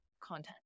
content